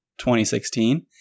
2016